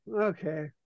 okay